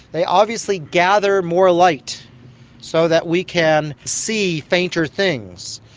they obviously gather more light so that we can see fainter things,